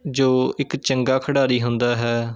ਜੋ ਇੱਕ ਚੰਗਾ ਖਿਡਾਰੀ ਹੁੰਦਾ ਹੈ